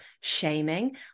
shaming